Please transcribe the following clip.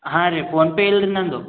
ಹಾಂ ರೀ ಫೋನ್ಪೇ ಇಲ್ರಿ ನನ್ನದು